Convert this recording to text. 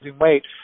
weight